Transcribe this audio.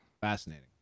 Fascinating